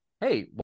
hey